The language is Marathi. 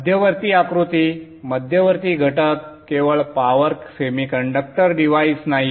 मध्यवर्ती आकृती मध्यवर्ती घटक केवळ पॉवर सेमीकंडक्टर डिव्हाइस नाही